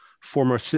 former